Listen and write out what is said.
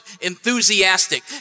enthusiastic